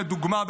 לדוגמה,